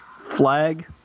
Flag